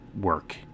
work